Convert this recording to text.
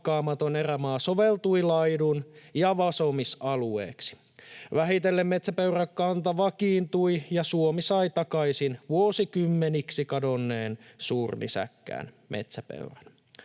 hakkaamaton erämaa soveltui laidun- ja vasomisalueeksi. Vähitellen metsäpeurakanta vakiintui, ja Suomi sai takaisin vuosikymmeniksi kadonneen suurnisäkkään, metsäpeuran.